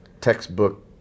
textbook